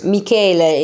Michele